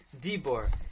Dibor